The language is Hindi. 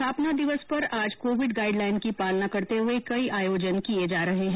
स्थापना दिवस पर आज कोविड गाइड लाइन की पालना करते हुए कई आयोजन किए जा रहे हैं